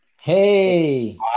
Hey